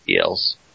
else